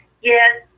Yes